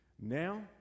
now